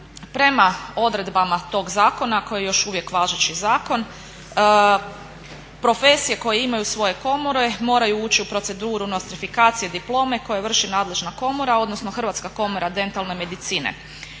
prema odredbama tog zakona koji je još uvijek važeći zakon profesije koje imaju svoje komore moraju ući u proceduru nostrifikacije, diplome koje vrši nadležna komora odnosno Hrvatska komora dentalne medicine.